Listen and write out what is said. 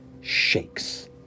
shakes